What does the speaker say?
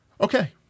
Okay